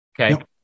okay